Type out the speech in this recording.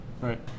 Right